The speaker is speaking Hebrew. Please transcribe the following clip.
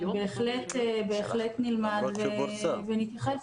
בהחלט נלמד ונתייחס.